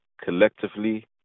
collectively